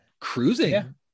cruising